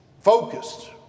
Focused